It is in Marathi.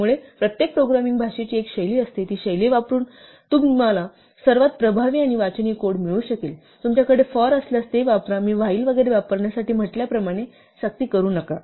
त्यामुळे प्रत्येक प्रोग्रॅमिंग भाषेची एक शैली असते ती शैली वापरून तुम्हाला सर्वात प्रभावी आणि वाचनीय कोड मिळू शकेल तुमच्याकडे for असल्यास ते वापरा मी while वगैरे वापरण्यासाठी म्हटल्याप्रमाणे सक्ती करू नका